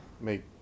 make